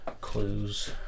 Clues